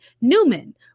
Newman